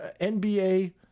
NBA